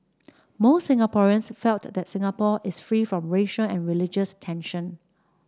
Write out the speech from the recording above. most Singaporeans felt that Singapore is free from racial and religious tension